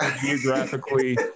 geographically